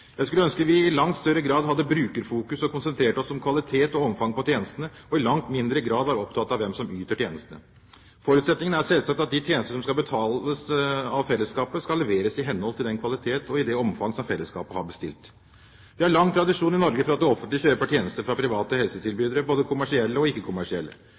Jeg skulle ønske at vi i langt større grad hadde brukerfokus og konsentrerte oss om kvalitet og omfang på tjenestene, og i langt mindre grad var opptatt av hvem som yter tjenestene. Forutsetningen er selvsagt at de tjenester som skal betales av fellesskapet, skal leveres i henhold til den kvalitet og i det omfang som fellesskapet har bestilt. Vi har lang tradisjon i Norge for at det offentlige kjøper tjenester fra private helsetilbydere, både kommersielle og